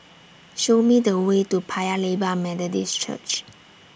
Show Me The Way to Paya Lebar Methodist Church